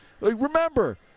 Remember